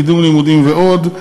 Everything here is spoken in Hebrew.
קידום לימודים ועוד.